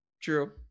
true